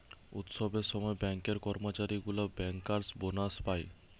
উৎসবের সময় ব্যাঙ্কের কর্মচারী গুলা বেঙ্কার্স বোনাস পায়